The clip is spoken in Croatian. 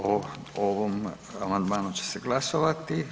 O ovom amandmanu će se glasovati.